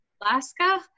Alaska